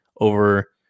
over